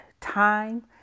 time